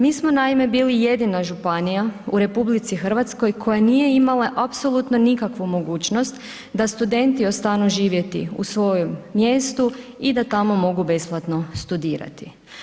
Mi smo naime bili jedina županija u RH koja nije imala apsolutno nikakvu mogućnost da studenti ostanu živjeti u svom mjestu i da tamo mogu besplatno studirati.